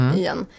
igen